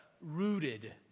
rooted